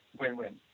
win-win